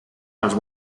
els